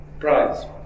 Prize